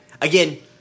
Again